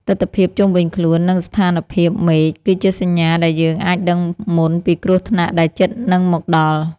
ទិដ្ឋភាពជុំវិញខ្លួន និងស្ថានភាពមេឃ គឺជាសញ្ញាដែលយើងអាចដឹងមុនពីគ្រោះថ្នាក់ដែលជិតនឹងមកដល់។